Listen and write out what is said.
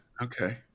okay